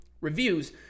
reviews